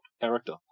character